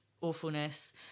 awfulness